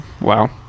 wow